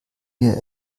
wir